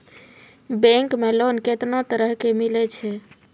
Bank मे loan कैतना तरह के मिलै छै?